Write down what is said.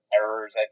errors